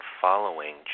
following